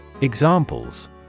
Examples